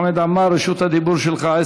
חמד עמאר, רשות הדיבור שלך.